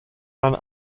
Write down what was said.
man